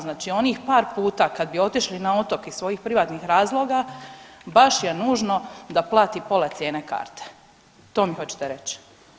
Znači onih par puta kada bi otišli na otok iz svojih privatnih razloga baš je nužno da plati pola cijene karte, to mi hoćete reć?